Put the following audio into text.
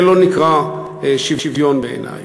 זה לא נקרא שוויון בעיני.